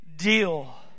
deal